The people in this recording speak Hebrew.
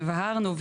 הבהרנו,